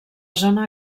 zona